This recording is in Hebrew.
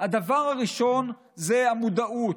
הדבר הראשון זה המודעות,